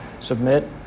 submit